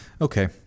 Okay